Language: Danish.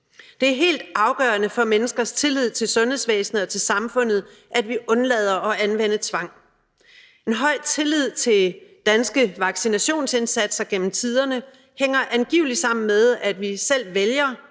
Det er helt afgørende for menneskers tillid til sundhedsvæsenet og til samfundet, at vi undlader at anvende tvang. En høj tillid til danske vaccinationsindsatser gennem tiderne hænger angiveligt sammen med, at vi selv vælger